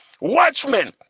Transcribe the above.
watchmen